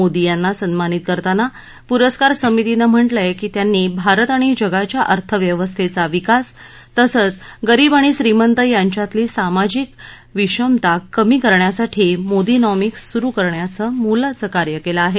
मोदी यांना संन्मानित करताना पुरस्कार समितीनं म्हटलयं की त्यांनी भारत आणि जगाच्या अर्थव्यवस्थेचा विकास तसंच गरीब आणि श्रीमंत यांच्यातली सामाजिक आणि विषमता कमी करण्यासाठी मोदीनॉमिक्स सुरू करण्याचं मोलाचं कार्य केलं आहे